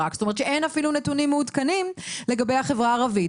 זאת אומרת שאין אפילו נתונים מעודכנים לגבי החברה הערבית.